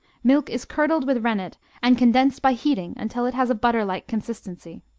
milk is curdled with rennet and condensed by heating until it has a butter-like consistency.